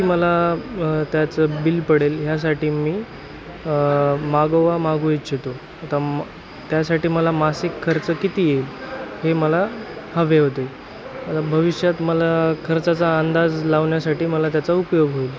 किती मला त्याचं बिल पडेल ह्यासाठी मी मागोवा मागू इच्छितो आता त्यासाठी मला मासिक खर्च किती येईल हे मला हवे होते आता भविष्यात मला खर्चाचा अंदाज लावण्यासाठी मला त्याचा उपयोग होईल